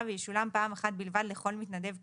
וישולם פעם אחת בלבד לכל מתנדב כאמור,